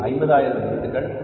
அது 50 ஆயிரம் யூனிட்டுகள்